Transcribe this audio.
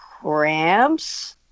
Cramps